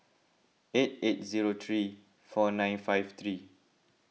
eight eight zero three four nine five three